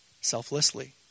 selflessly